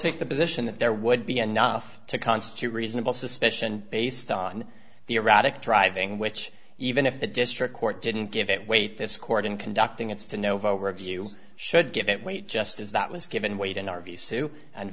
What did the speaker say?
take the position that there would be enough to constitute reasonable suspicion based on the erratic driving which even if the district court didn't give it weight this court in conducting its to novo review should give it weight just as that was given weight in r v sue and